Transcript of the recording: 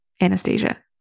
Anastasia